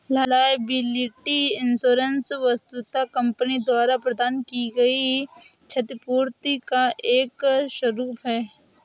liability insurance वस्तुतः company द्वारा प्रदान की गई क्षतिपूर्ति का एक स्वरूप है